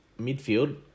midfield